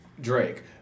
Drake